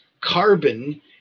carbon